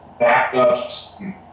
backups